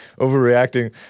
overreacting